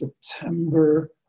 September